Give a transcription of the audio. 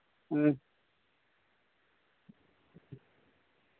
हां